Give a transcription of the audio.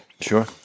Sure